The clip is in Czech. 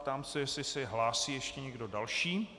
Ptám se, jestli se hlásí ještě někdo další.